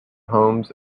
homes